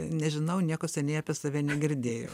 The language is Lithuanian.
nežinau nieko seniai apie save negirdėjau